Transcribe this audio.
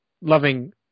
loving